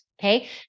Okay